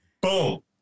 boom